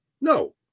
No